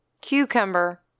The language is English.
cucumber